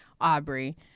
Aubrey